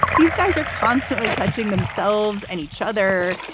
these guys are constantly touching themselves and each other.